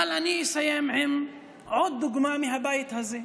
אבל אני אסיים עם עוד דוגמה מהבית הזה.